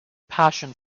passion